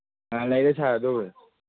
ꯑ ꯂꯩꯔꯦ ꯁꯥꯔ ꯑꯗꯨꯕꯨꯗꯤ